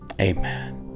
amen